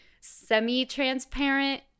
semi-transparent